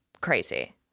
crazy